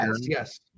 yes